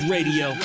Radio